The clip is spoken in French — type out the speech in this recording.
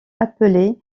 appelée